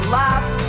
laugh